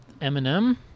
Eminem